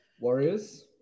Warriors